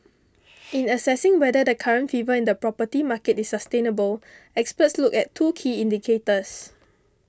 in assessing whether the current fever in the property market is sustainable experts look at two key indicators